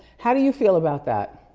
how do you feel about that?